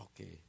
okay